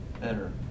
better